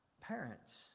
parents